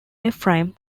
ephraim